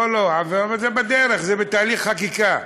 לא, לא, זה בדרך, זה בתהליך חקיקה.